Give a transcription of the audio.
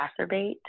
exacerbate